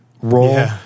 role